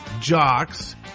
jocks